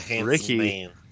Ricky